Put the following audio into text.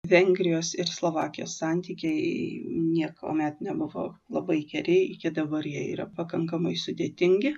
vengrijos ir slovakijos santykiai niekuomet nebuvo labai geri iki dabar jie yra pakankamai sudėtingi